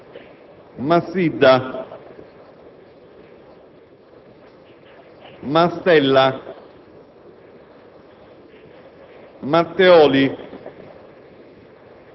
Martone, Massa, Massidda,